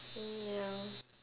mm ya